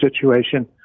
situation